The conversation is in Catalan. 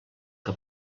que